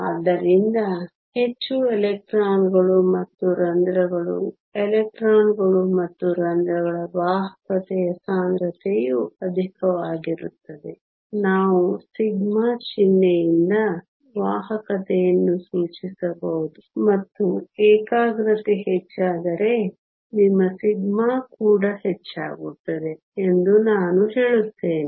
ಆದ್ದರಿಂದ ಹೆಚ್ಚು ಎಲೆಕ್ಟ್ರಾನ್ಗಳು ಮತ್ತು ರಂಧ್ರಗಳು ಎಲೆಕ್ಟ್ರಾನ್ಗಳು ಮತ್ತು ರಂಧ್ರಗಳ ವಾಹಕತೆಯ ಸಾಂದ್ರತೆಯು ಅಧಿಕವಾಗಿರುತ್ತದೆ ನಾವು ಸಿಗ್ಮಾ ಚಿಹ್ನೆಯಿಂದ ವಾಹಕತೆಯನ್ನು ಸೂಚಿಸಬಹುದು ಮತ್ತು ಏಕಾಗ್ರತೆ ಹೆಚ್ಚಾದರೆ ನಿಮ್ಮ ಸಿಗ್ಮಾ ಕೂಡ ಹೆಚ್ಚಾಗುತ್ತದೆ ಎಂದು ನಾನು ಹೇಳುತ್ತೇನೆ